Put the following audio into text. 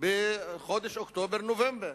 בחודש אוקטובר-נובמבר.